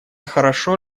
хорошо